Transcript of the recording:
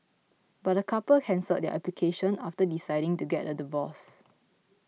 but the couple cancelled their application after deciding to get a divorce